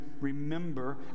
remember